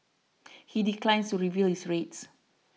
he declines to reveal his rates